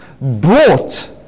brought